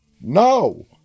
No